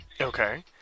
Okay